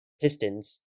Pistons